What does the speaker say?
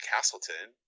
Castleton